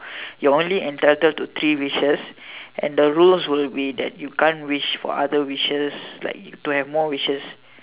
you're only entitled to three wishes and the rules will be that you can't wish for other wishes like to have more wishes